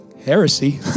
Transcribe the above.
Heresy